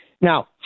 Now